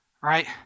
right